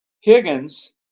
Higgins